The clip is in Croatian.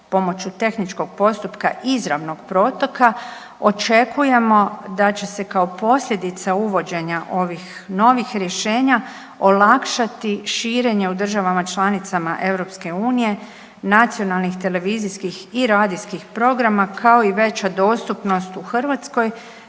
pomoću tehničkog postupka izravnog protoka. Očekujemo da će se kao posljedica uvođenja ovih novih rješenja olakšati širenje u državama članicama EU, nacionalnih televizijskih i radijskih programa kao i veća dostupnost u Hrvatskoj,